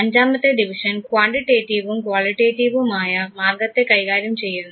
അഞ്ചാമത്തെ ഡിവിഷൻ ക്വാണ്ടിറ്റേറ്റീവ്വും ക്വാളിറ്റേറ്റീവ്വും ആയ മാർഗ്ഗത്തെ കൈകാര്യം ചെയ്യുന്നു